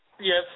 Yes